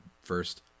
first